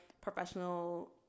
professional